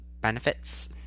benefits